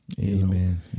Amen